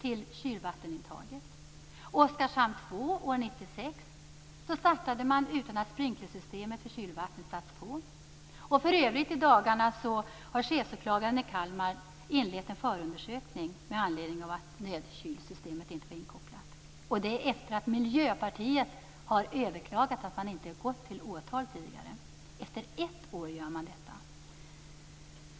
Man startade utan att sprinklersystemet för kylvattnet satts på. För övrigt har chefsåklagaren i Kalmar i dagarna inlett en förundersökning med anledning av att nödkylsystemet inte var inkopplat - detta efter att Miljöpartiet har överklagat att man inte gått till åtal tidigare. Efter ett år gör man detta.